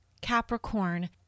Capricorn